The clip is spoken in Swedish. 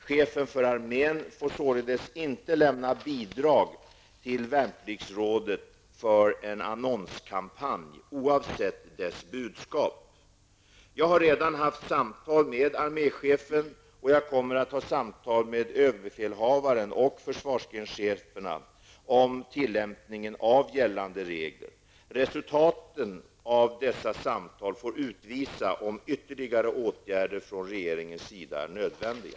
Chefen för armén får således inte lämna bidrag till Värnpliktsrådet för en annonskampanj oavsett dess budskap. Jag har redan haft samtal med arméchefen och jag kommer att ha samtal med överbefälhavaren och försvarsgrenscheferna om tillämpningen av gällande regler. Resultaten av dessa samtal får utvisa om ytterligare åtgärder från regeringens sida är nödvändiga.